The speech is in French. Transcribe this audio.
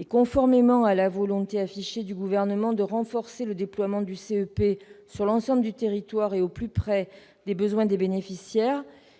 et conformément à la volonté affichée par le Gouvernement de renforcer le déploiement du CEP sur l'ensemble du territoire, au plus près des besoins des bénéficiaires,